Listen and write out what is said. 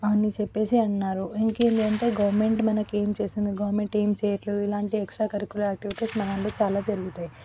అని చెప్పేసి అన్నారు ఇంకేంటి అంటే గవర్నమెంట్ మనకి ఏం చేసింది గవర్నమెంట్ ఏం చేయట్లేదు ఇలాంటి ఎక్సట్రా కరీకులర్ ఆక్టివిటీస్ మా దాంట్లో చాలా జరుగుతాయి